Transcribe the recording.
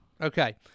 Okay